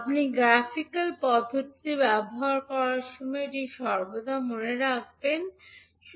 আপনি গ্রাফিকাল পদ্ধতির ব্যবহার করার সময় এটি সর্বদা মনে রাখতে হবে